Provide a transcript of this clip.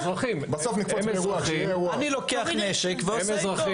רק אין להם סמכות.